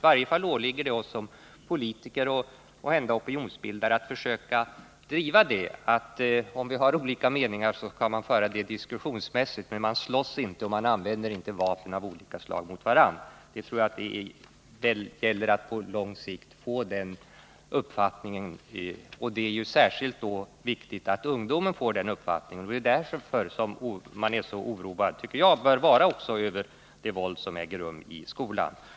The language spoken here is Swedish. I varje fall åligger det oss som politiker och opinionsbildare att försöka driva den uppfattningen, att om vi har olika meningar så skall det ventileras diskussionsmässigt — man slåss inte och använder inte vapen av olika slag mot varandra. Det gäller att på lång sikt få den uppfattningen att slå igenom, och det är särskilt viktigt att ungdomen får den uppfattningen. Det är därför man har anledning att vara oroad över det våld som äger rum i skolan.